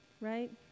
right